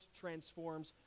transforms